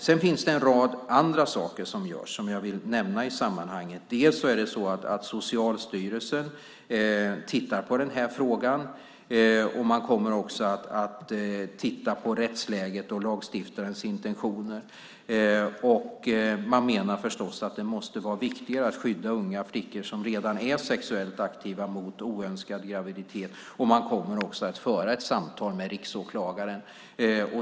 Det finns en rad andra saker som görs och som jag vill nämna i sammanhanget. Socialstyrelsen tittar på frågan och kommer även att titta på rättsläget och lagstiftarens intentioner. Man menar förstås att det måste vara viktigare att skydda unga flickor som redan är sexuellt aktiva mot oönskade graviditeter, och man kommer också att föra ett samtal med riksåklagaren.